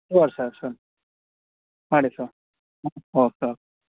sure sir sure sir ಮಾಡಿಸುವ okay okay